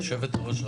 יושבת הראש,